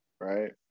right